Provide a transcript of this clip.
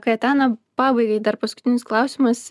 kaetana pabaigai dar paskutinis klausimas